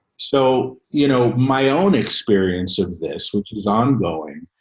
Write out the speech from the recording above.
so. you know, my own experience of this, which is ongoing,